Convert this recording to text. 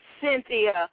Cynthia